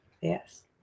Yes